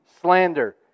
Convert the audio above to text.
slander